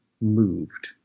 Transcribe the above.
moved